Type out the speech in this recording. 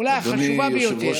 אולי החשובה ביותר,